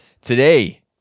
today